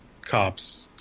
cops